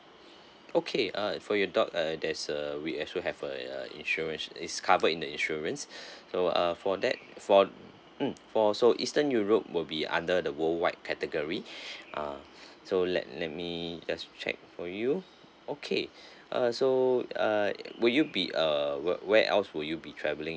okay uh for your dog uh there is a uh we actually have a insurance is covered in the insurance so uh for that for mm for also eastern europe will be under the worldwide category ah so let let me just check for you okay uh so err would you be uh wh~ where else would you be travelling